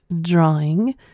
drawing